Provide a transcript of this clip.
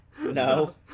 No